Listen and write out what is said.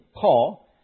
Paul